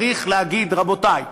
צריך להגיד: רבותי,